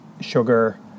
sugar